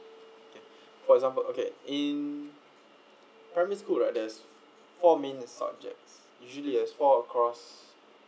okay for example okay in primary school right there's four main subject usually as four across